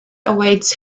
awaits